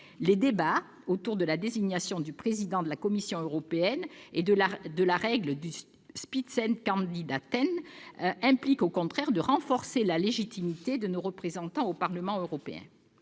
Les débats autour de la désignation du président de la Commission européenne et de la règle des impliquent au contraire de renforcer la légitimité de nos représentants au Parlement européen.